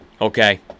okay